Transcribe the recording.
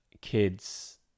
kids